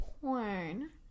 porn